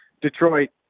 Detroit